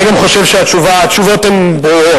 אני גם חושב שהתשובות ברורות.